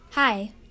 Hi